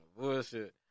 Bullshit